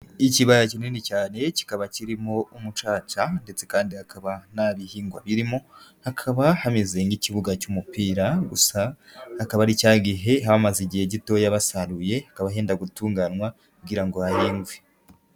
Ikibaya kinini cyane kikaba kirimo umucaca ndetse kandi hakaba ntabihingwa birimo, hakaba hameze nk'ikibuga cy'umupira, gusa kaba ari cya gihe haba hamaze igihe gitoya basaruye hakaba henda gutunganywa kugira ngo hahingwe.